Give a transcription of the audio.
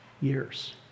years